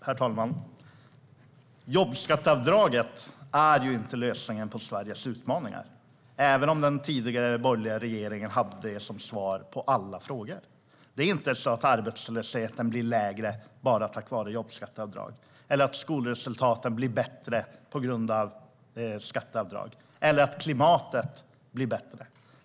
Herr talman! Jobbskatteavdraget är inte lösningen på Sveriges utmaningar, även om den tidigare borgerliga regeringen hade det som svar på alla frågor. Det är inte så att arbetslösheten blir lägre tack vare ett jobbskatteavdrag, att skolresultaten blir bättre på grund av skatteavdrag eller att klimatet blir bättre.